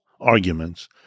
arguments